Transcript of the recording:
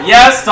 Yes